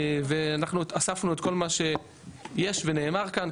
אנחנו אספנו את כל מה שיש ונאמר כאן,